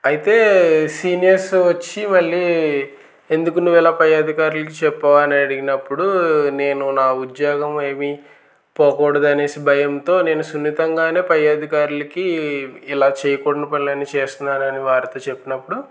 అయితే సీనియర్స్ వచ్చి మళ్ళీ ఎందుకు నువ్వు ఇలా పై అధికారులకు చెప్పావని అడిగినప్పుడు నేను నా ఉద్యోగం ఏమి పోకూడదు అనేసి భయంతో నేను సున్నితంగానే పై అధికారులకి ఇలా చేయకూడని పనులన్నీ చేస్తున్నానని వారితో చెప్పినప్పుడు